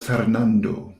fernando